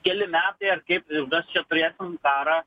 keli metai ar kaip čia prieš karą